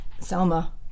Selma